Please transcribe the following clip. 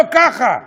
לא ככה.